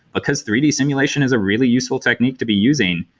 because three d simulation is a really useful technique to be using,